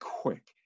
quick